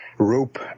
rope